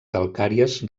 calcàries